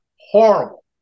horrible